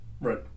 Right